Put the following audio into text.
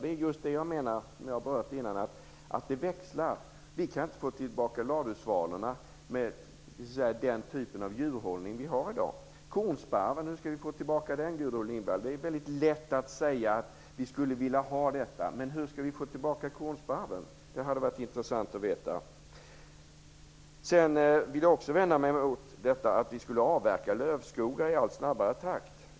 Det är just det jag menar och som jag berört tidigare: Det växlar. Vi kan inte få tillbaka ladusvalorna med den typ av djurhållning vi har i dag. Kornsparven - hur skall vi få tillbaka den, Gudrun Lindvall? Det är väldigt lätt att säga att vi skulle vilja ha detta, men hur skall vi få tillbaka kornsparven? Det hade varit intressant att veta. Sedan vill jag också vända mig emot påståendet att vi skulle avverka lövskogar i allt snabbare takt.